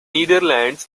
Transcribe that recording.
netherlands